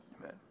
Amen